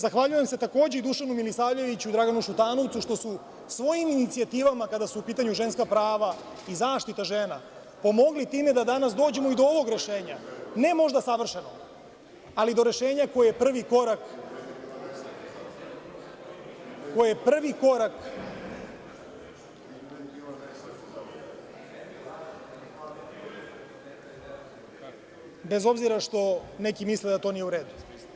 Zahvaljujem se, takođe, Dušanu Milisavljeviću, Draganu Šutanovcu, što su svojim inicijativama, kada su u pitanju ženska prava i zaštita žena, pomogli time da danas dođemo do ovog rešenja, ne možda savršenog, ali do rešenja koji je prvi korak, bez obzira što neki misle da to nije u redu.